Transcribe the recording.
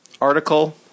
article